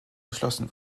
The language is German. geschlossen